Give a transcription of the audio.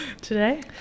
today